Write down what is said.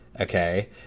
Okay